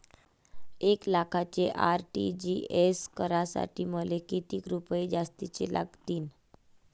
एक लाखाचे आर.टी.जी.एस करासाठी मले कितीक रुपये जास्तीचे लागतीनं?